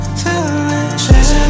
feeling